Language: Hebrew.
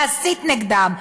להסית נגדם,